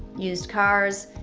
used cars,